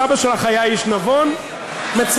סבא שלך היה איש נבון, פחות ממני אבל.